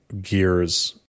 gears